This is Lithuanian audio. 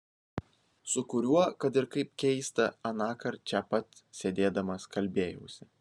su kuriuo kad ir kaip keista anąkart čia pat sėdėdamas kalbėjausi